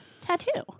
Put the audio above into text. tattoo